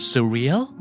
Surreal